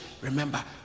remember